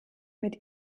mit